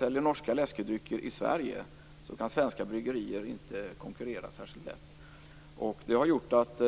När norska läskedrycker säljs i Sverige kan svenska bryggerier inte konkurrera särskilt lätt. Det har gjort att